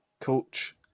coach